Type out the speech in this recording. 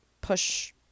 push